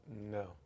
No